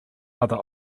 other